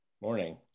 morning